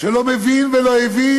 שלא מבין ולא הבין